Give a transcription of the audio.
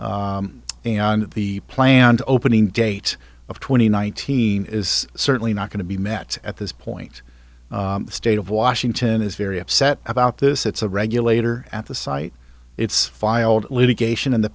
plants and the plant opening date of twenty nineteen is certainly not going to be met at this point the state of washington is very upset about this it's a regulator at the site it's filed litigation in the